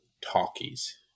talkies